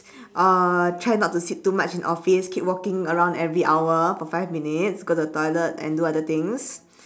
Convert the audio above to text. uh try not to sit too much in office keep walking around every hour for five minutes go to the toilet and do other things